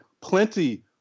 plenty